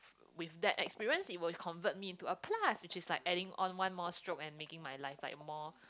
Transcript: with that experience it will convert me into a plus which is like adding on one more stroke and making my life like more